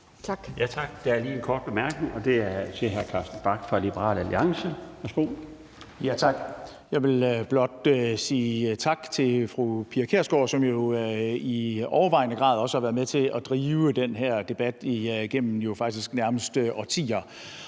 Tak. Der er lige en kort bemærkning til hr. Carsten Bach, Liberal Alliance. Værsgo. Kl. 18:50 Carsten Bach (LA): Jeg vil blot sige tak til fru Pia Kjærsgaard, som jo i overvejende grad også har været med til at drive den her debat igennem faktisk nærmest årtier.